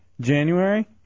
January